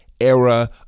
era